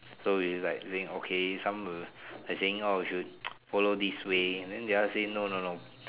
so it's like saying okay some like saying like should follow this way then the others say no no no